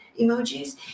emojis